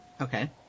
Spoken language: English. Okay